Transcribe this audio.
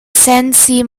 sense